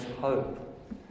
hope